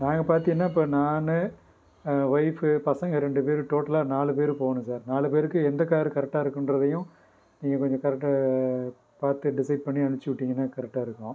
நாங்கள் பார்த்திங்கன்னா இப்போ நான் ஒய்ஃப் பசங்கள் ரெண்டு பேர் டோட்டலாக நாலு பேர் போகணும் சார் நாலு பேருக்கு எந்த கார் கரெக்ட்டாக இருக்கும்ன்றதையும் நீங்கள் கொஞ்சம் கரெக்ட்டாக பார்த்து டிசைட் பண்ணி அனுப்பிவிட்டிங்கனா கரெக்ட்டாக இருக்கும்